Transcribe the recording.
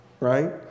right